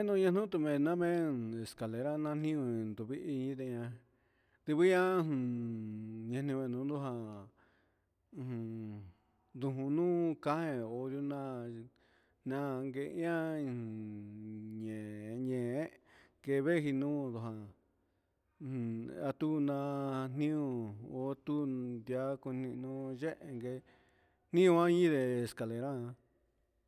Nañu nañutumen ñamen escale nanio ñuntuvid, inde'a tuvian ñani nduku jan ujun ndukunu ka'a he nrioda nake ihán un ñe'e ñe'e, keven ndujan un atun nanio otun ndian konino yenke nion oninre escalera.